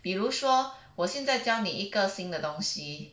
比如说我现在教你一个新的东西